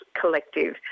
collective